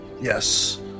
Yes